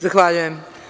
Zahvaljujem.